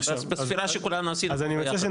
בספירה שכולנו עשינו פה ביחד,